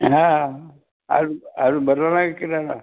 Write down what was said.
हां का किराणा